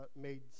made